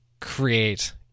create